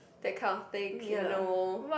that kind of thing ya no